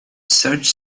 such